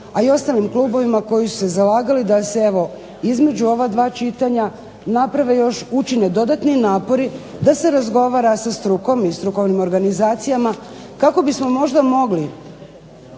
a i ostalim klubovima koji su se zalagali da se evo između ova 2 čitanja naprave još, učine dodatni napori da se razgovara sa strukom i strukovnim organizacijama kako bismo možda mogli